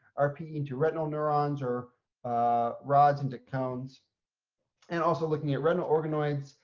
rp into retinal neurons or ah rods into cones and also looking at retinal organoids,